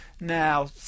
Now